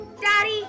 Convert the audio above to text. Daddy